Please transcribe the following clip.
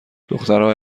دخترای